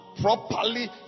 properly